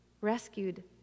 rescued